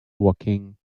woking